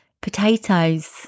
potatoes